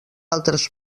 altres